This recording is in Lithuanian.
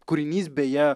kūrinys beje